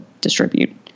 distribute